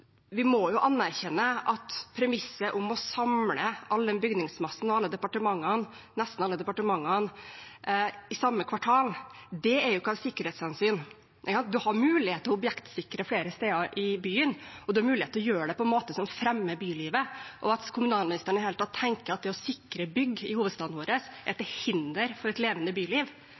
premisset om å samle hele denne bygningsmassen og nesten alle departementene i samme kvartal ikke er av sikkerhetshensyn. En har mulighet til å objektsikre flere steder i byen, og en har mulighet til å gjøre det på en måte som fremmer bylivet. At kommunalministeren i det hele tatt tenker at det å sikre bygg i hovedstaden vår er til hinder for et levende byliv,